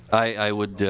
i would